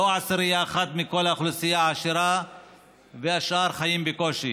ולא שעשירית אחת מכל האוכלוסייה עשירה והשאר חיים בקושי,